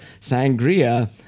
sangria